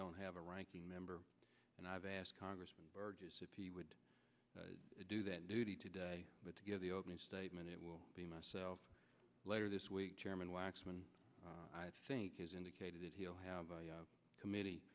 don't have a ranking member and i've asked congressman burgess if he would do that duty today but to give the opening statement it will be myself later this week chairman waxman i think has indicated that he'll have a committee